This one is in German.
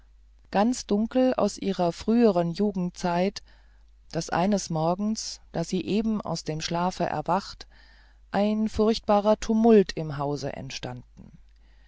ganz dunkel aus ihrer früheren jugendzeit daß eines morgens da sie eben aus dem schlafe erwacht ein furchtbarer tumult im hause entstand